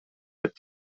деп